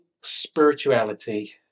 spirituality